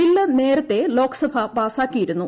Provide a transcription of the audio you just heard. bill നേരത്തെ ലോക്സഭ പാസാക്കിയിരുന്നു